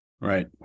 Right